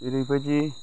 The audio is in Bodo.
ओरैबायदि